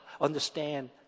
understand